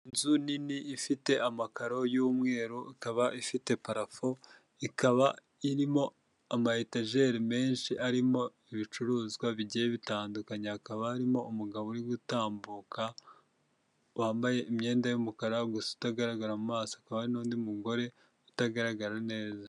Inzuzu nini ifite amakaro y'umweru, ikaba ifite parafo, ikaba irimo ama etajeri menshi arimo ibicuruzwa bigiye bitandukanye, hakaba harimo umugabo uri gutambuka, wambaye imyenda y'umukara, gusa utagaragara mu maso. Hakaba hari n'undi mugore utagaragara neza.